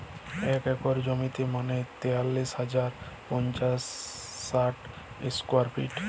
এক একর জমি মানে তেতাল্লিশ হাজার পাঁচশ ষাট স্কোয়ার ফিট